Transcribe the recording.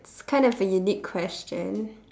kind of a unique question